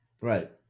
Right